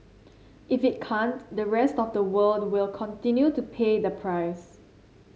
if it can't the rest of the world will continue to pay the price